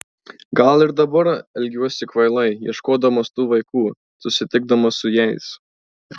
gal ir dabar elgiuosi kvailai ieškodamas tų vaikų susitikdamas su jais